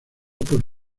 por